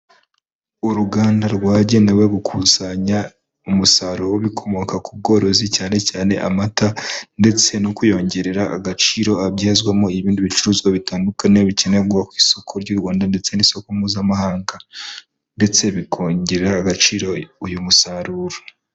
Uruganda rwagenewe gukusanya umusaruro w'ibikomoka ku bworozi cyane cyane amata ndetse no kuyongerera agaciro abyazwamo ibindi bicuruzwa bitandukanye bikenerwa ku isoko ry'u Rwanda ndetse n'isoko mpuzamahanga ndetse bikongerera agaciro uyu musaruro.